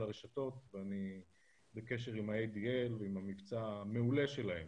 הרשתות ואני בקשר עם ה-ADL ועם המבצע המעולה שלהם